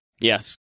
Yes